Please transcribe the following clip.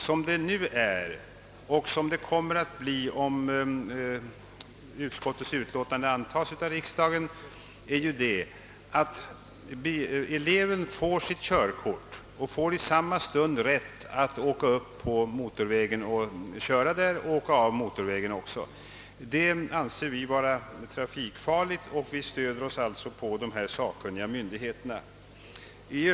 Som det nu är — och kommer att bli om utskottets hemställan bifalles av riksdagen — får eleven sitt körkort och har i samma stund rätt att köra upp på motorväg och köra på den också. Det anser vi vara trafikfarligt, och vi stöder oss därvid på dessa sakkunniga remissinstanser.